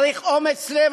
צריך אומץ לב,